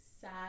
sad